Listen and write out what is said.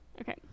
Okay